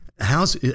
how's